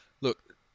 Look